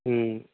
হুম